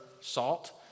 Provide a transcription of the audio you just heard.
salt